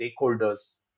stakeholders